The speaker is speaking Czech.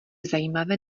zajímavé